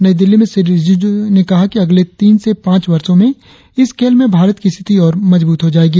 नई दिल्ली में श्री रिजिजू ने कहा कि अगले तीन से पांच वर्षों में इस खेल में भारत की स्थिति और मजबूत हो जायेगी